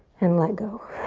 and let go.